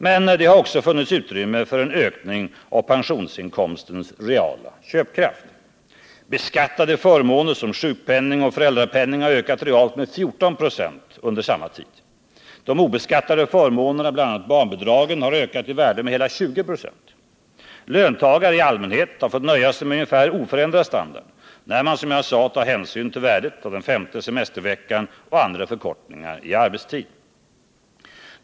Men det har också funnits utrymme för en ökning av pensionsinkomstens reala köpkraft. Beskattade förmåner som sjukpenning och föräldrapenning har ökat realt med 1496 under samma tid. De obeskattade förmånerna, bl.a. barnbidragen, har ökat i värde med hela 20 96. Löntagare i allmänhet har fått nöja sig med ungefär oförändrad standard, när man, som jag sagt, tar hänsyn till värdet av den femte semesterveckan och andra förkortningar i arbetstid.